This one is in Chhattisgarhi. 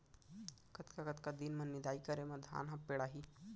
कतका कतका दिन म निदाई करे म धान ह पेड़ाही?